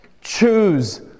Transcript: choose